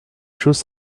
choses